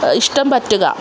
ഇഷ്ടം പറ്റുക